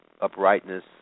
uprightness